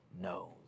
knows